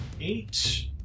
Eight